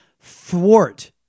thwart